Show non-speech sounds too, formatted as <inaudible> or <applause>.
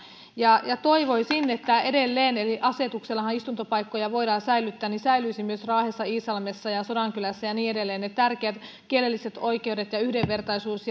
toivoisin että edelleen kun asetuksellahan istuntopaikkoja voidaan säilyttää ne säilyisivät myös raahessa iisalmessa ja ja sodankylässä ja niin edelleen ne tärkeät kielelliset oikeudet ja yhdenvertaisuus <unintelligible>